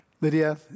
Lydia